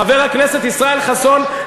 חבר הכנסת ישראל חסון,